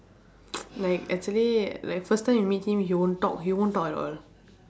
like actually like first time you meet him he won't talk he won't talk at all